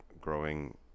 growing